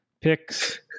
picks